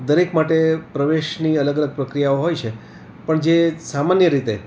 દરેક માટે પ્રવેશની અલગ અલગ પ્રક્રિયાઓ હોય છે પણ જે સામાન્ય રીતે